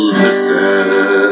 listen